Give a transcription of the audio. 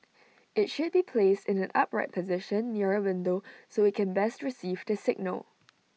IT should be placed in an upright position near A window so IT can best receive the signal